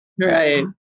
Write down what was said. Right